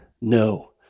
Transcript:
No